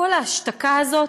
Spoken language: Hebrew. כל ההשתקה הזאת,